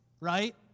right